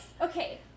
Okay